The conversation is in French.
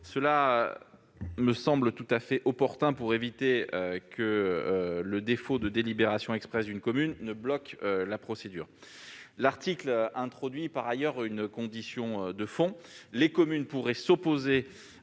Cela me semble tout à fait opportun pour éviter que le défaut de délibération expresse d'une commune ne bloque la procédure. L'article introduit par ailleurs une condition de fond : les communes ne pourraient s'opposer